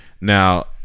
Now